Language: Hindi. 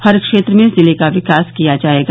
हर क्षेत्र में जनपद का विकास किया जायेगा